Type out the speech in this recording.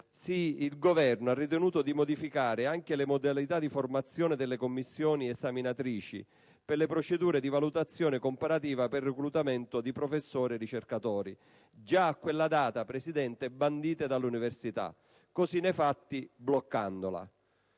il Governo ha ritenuto di modificare anche le modalità di formazione delle Commissioni esaminatrici per le procedure di valutazione comparativa per il reclutamento di professori e ricercatori, già a quella data bandite dalle università, così nei fatti bloccandole.